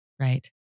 right